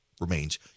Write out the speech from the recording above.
remains